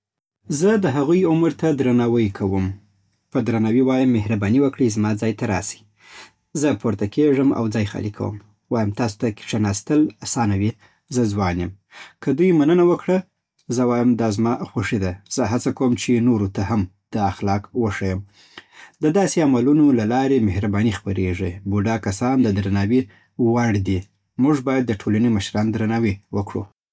زه د هغوی عمر ته درناوی کوم. په درناوي وایم: مهرباني وکړئ، زما ځای ته راشئ. زه پورته کېږم او ځای خالي کوم. وایم: تاسو ته کښېناستل اسانه وي، زه ځوان یم. که دوی مننه وکړي، زه وایم: دا زما خوښي ده. زه هڅه کوم چې نورو ته هم دا اخلاق وښیم. د داسې عملونو له لارې مهرباني خپریږي. بوډا کسان د درناوي وړ دي. موږ باید د ټولنې مشران درناوي وکړو.